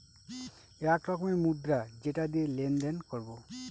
এক রকমের মুদ্রা যেটা দিয়ে লেনদেন করবো